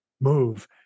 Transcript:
move